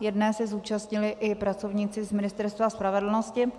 Jedné se zúčastnili i pracovníci z Ministerstva spravedlnosti,